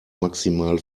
maximal